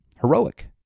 heroic